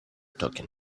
talking